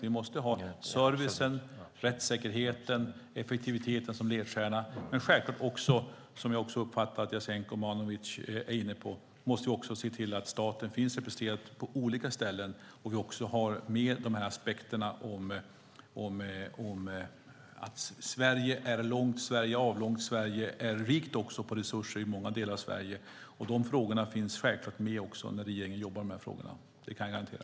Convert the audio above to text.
Vi måste ha servicen, rättssäkerheten och effektiviteten som ledstjärna, men självklart måste vi också, vilket jag också uppfattar att Jasenko Omanovic är inne på, se till att staten finns representerad på olika ställen och att vi också har med aspekterna att Sverige är långt, avlångt och rikt på resurser. Det finns självklart med när regeringen jobbar med de här frågorna. Det kan jag garantera.